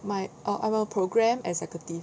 my I I am a program executive